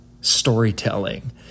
storytelling